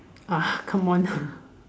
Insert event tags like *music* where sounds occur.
uh come on *breath*